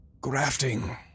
grafting